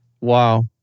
Wow